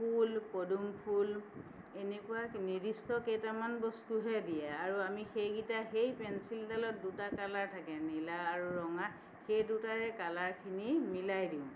ফুল পদুম ফুল এনেকুৱা নিৰ্দিষ্ট কেইটামান বস্তুহে দিয়ে আৰু আমি সেইকেইটা সেই পেঞ্চিলডালত দুটা কালাৰ থাকে নীলা আৰু ৰঙা সেই দুটাৰে কালাৰখিনি মিলাই দিওঁ